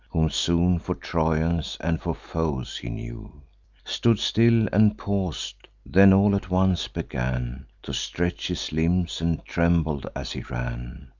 soon for trojans and for foes he knew stood still, and paus'd then all at once began to stretch his limbs, and trembled as he ran.